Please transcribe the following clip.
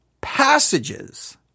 passages